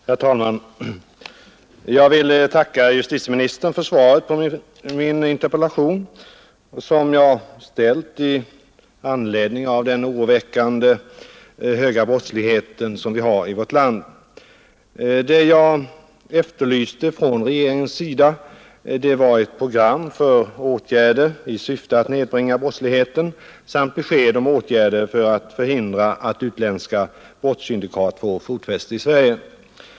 Herr talman! Jag vill tacka justitieministern för svaret på min interpellation, som jag ställde i anledning av den oroväckande höga brottsligheten i vårt land. Det jag efterlyste från regeringens sida var ett program för åtgärder i syfte att nedbringa brottsligheten samt besked om åtgärder för att förhindra att utländska brottssyndikat får fotfäste i Sverige.